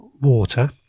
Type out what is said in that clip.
water